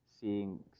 Seeing